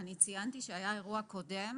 אני ציינתי שהיה אירוע קודם